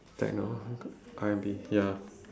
I know R&B ya